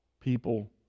people